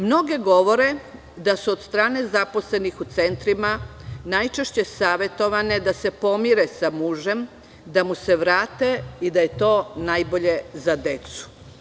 Mnoge govore da su od strane zaposlenih u centrima najčešće savetovane da se pomire sa mužem, da mu se vrate i da je to najbolje za decu.